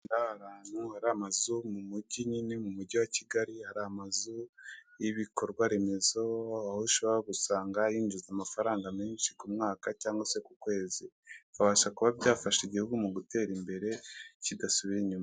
Aha ni ahantu hari amazu mu mujyi wa Kigali hari amazu y'ibikorwa remezo, aho ushobora gusanga yinjiza amafaranga menshi ku mwaka cyangwa se ku kwezi, bikabasha kuba byafasha igihugu mu gutera imbere kidasubiye inyuma.